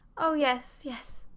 oh yes, yes.